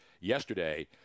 yesterday